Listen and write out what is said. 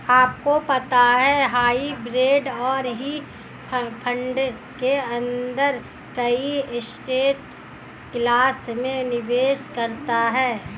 आपको पता है हाइब्रिड एक ही फंड के अंदर कई एसेट क्लास में निवेश करता है?